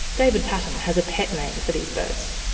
david paton has a pet name for these birds.